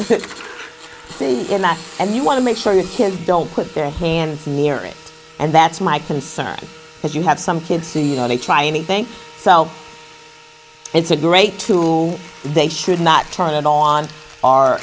that and you want to make sure your kids don't put their hand near it and that's my concern because you have some kids you know they try anything so it's a great tool they should not try it on